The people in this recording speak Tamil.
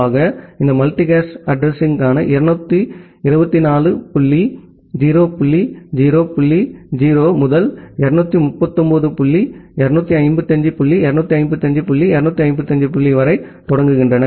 ஆக இந்த மல்டிகாஸ்ட் அட்ரஸிங்கள் 224 புள்ளி 0 புள்ளி 0 புள்ளி 0 முதல் 239 புள்ளி 255 புள்ளி 255 புள்ளி 255 வரை தொடங்குகின்றன